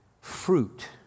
fruit